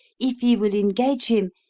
if he will engage him,